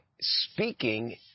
speaking